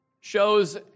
shows